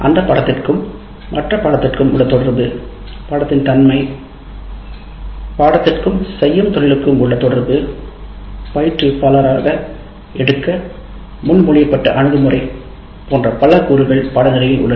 அந்த பாடத்திற்கும் மற்ற படத்திற்கும் உள்ள தொடர்பு பாடத்தின் தன்மை படத்திற்கும் செய்யும் தொழிலுக்கும் உள்ள தொடர்பு பயிற்றுவிப்பாளரால் எடுக்க முன்மொழியப்பட்ட அணுகுமுறை போன்ற பல கூறுகள் பாடநெறியில் உள்ளன